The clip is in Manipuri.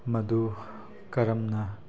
ꯃꯗꯨ ꯀꯔꯝꯅ